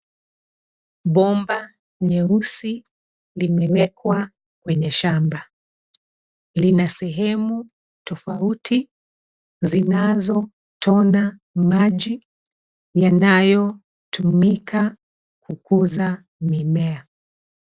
Bomba nyeusi limewekwa kwenye shamba. Lina sehemu tofauti zinazotona maji yanayotumika kukuza mimea.